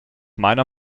meiner